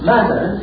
Matter